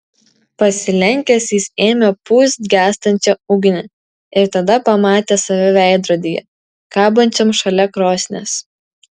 pasilenkęs jis ėmė pūst gęstančią ugnį ir tada pamatė save veidrodyje kabančiam šalia krosnies